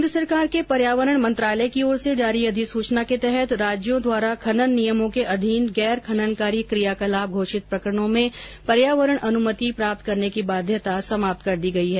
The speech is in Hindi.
केन्द्र सरकार के पर्यावरण मंत्रालय की ओर से जारी अधिसूचना के तहत राज्यों द्वारा खनन नियमों के अधीन गैर खननकारी क्रियाकलाप घोषित प्रकरणों में पर्यावरण अनुमति प्राप्त करने की बाध्यता समाप्त कर दी गई है